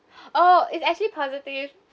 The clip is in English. oh it's actually positive